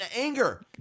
anger